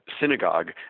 synagogue